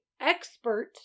expert